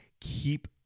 keep